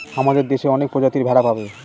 আমাদের দেশে অনেক প্রজাতির ভেড়া পাবে